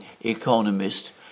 Economist